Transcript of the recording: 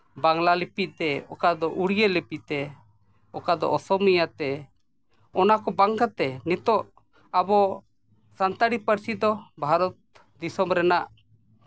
ᱵᱟᱝᱞᱟ ᱞᱤᱯᱤ ᱛᱮ ᱚᱠᱟᱫᱚ ᱩᱲᱤᱭᱟᱹ ᱛᱮ ᱚᱠᱟ ᱫᱚ ᱚᱥᱚᱢᱤᱭᱟ ᱛᱮ ᱚᱱᱟ ᱠᱚ ᱵᱟᱝ ᱠᱟᱛᱮᱫ ᱱᱤᱛᱚᱜ ᱟᱵᱚ ᱥᱟᱱᱛᱟᱲᱤ ᱯᱟᱹᱨᱥᱤ ᱫᱚ ᱵᱷᱟᱨᱚᱛ ᱫᱤᱥᱚᱢ ᱨᱮᱱᱟᱜ